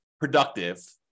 productive